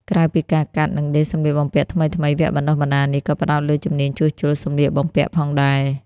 ក្រៅពីការកាត់ និងដេរសំលៀកបំពាក់ថ្មីៗ វគ្គបណ្ដុះបណ្ដាលនេះក៏ផ្តោតលើជំនាញជួសជុលសំលៀកបំពាក់ផងដែរ។